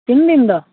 तिन दिन दा